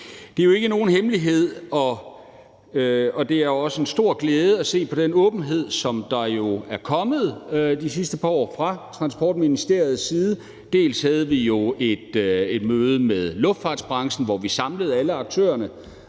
Det er jo ikke nogen hemmelighed, og det er også en stor glæde at se på den åbenhed, som der jo er kommet de sidste par år fra Transportministeriets side. Vi havde jo et møde med luftfartsbranchen, hvor vi samlede alle aktørerne